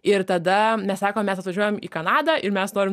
ir tada mes sakom mes atvažiuojam į kanadą ir mes norim